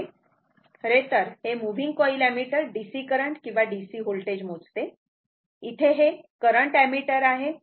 खरेतर हे moving coil ammeter DC current किंवा DC होल्टेज मोजते इथे हे करंट ऍमीटर आहे